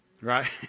Right